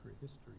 history